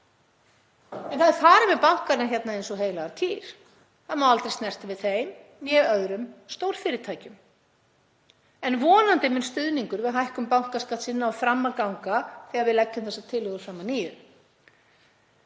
Það er farið með bankana hérna eins og heilagar kýr. Það má aldrei snerta við þeim né öðrum stórfyrirtækjum. Vonandi mun stuðningur við hækkun bankaskattsins ná fram að ganga þegar við leggjum þessa tillögu fram að nýju.